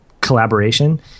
collaboration